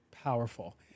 powerful